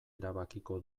erabakiko